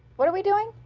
what are we doing?